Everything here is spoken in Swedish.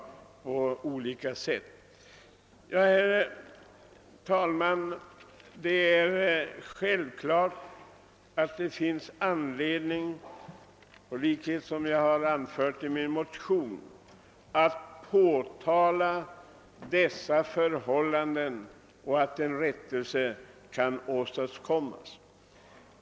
Ja, herr talman, det är självklart att det finns anledning, vilket jag också har anfört i min motion, att påtala dessa förhållanden så att en rättelse kan åstadkommas.